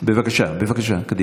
היכן השר?) בבקשה, בבקשה, קדימה.